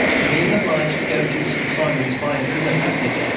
and being obliged to go to st. simon's by an inner passage,